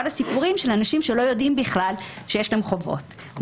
הסיפורים של אנשים שלא יודעים בכלל שיש להם חובות.